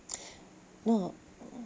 no